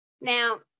Now